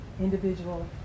individual